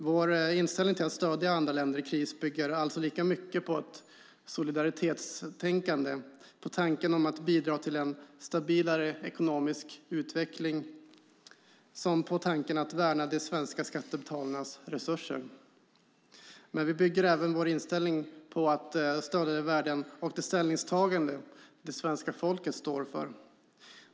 Vår inställning till att stödja andra länder i kris bygger alltså lika mycket på ett solidaritetstänkande och tanken att bidra till en stabilare ekonomisk utveckling som på tanken att värna de svenska skattebetalarnas resurser. Vi bygger dock även vår inställning på att stödja de värden och det ställningstagande det svenska folket står för.